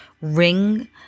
ring